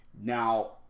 Now